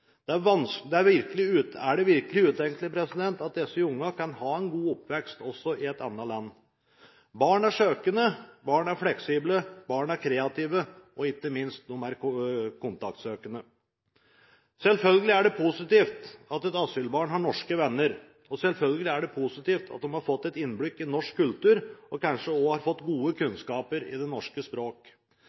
Er det virkelig utenkelig at disse ungene kan ha en god oppvekst også i et annet land? Barn er søkende, barn er fleksible, barn er kreative, og ikke minst er de kontaktsøkende. Selvfølgelig er det positivt at et asylbarn har norske venner, og selvfølgelig er det positivt at de har fått et innblikk i norsk kultur og kanskje også har fått gode kunnskaper i det norske språk.